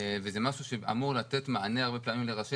וזה משהו שאמור לתת מענה הרבה פעמים לראשי